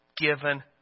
given